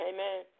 Amen